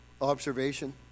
observation